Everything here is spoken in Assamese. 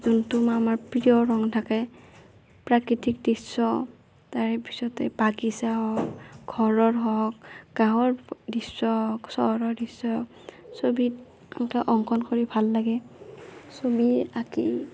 যোনটো আমাৰ প্ৰিয় ৰং থাকে প্ৰাকৃতিক দৃশ্য তাৰপিছতে বাগিচা হওঁক ঘৰৰ হওঁক গাঁৱৰ দৃশ্য হওঁক চহৰৰ দৃশ্যই হওঁক ছবিত এনেকৈ অংকন কৰি ভাল লাগে ছবি আঁকি